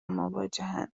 مواجهاند